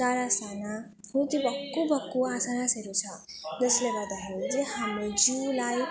टाडासना हो त्यो भक्कु भक्कु आसनहरू छ जसले गर्दाखेरि चाहिँ हाम्रो जिउलाई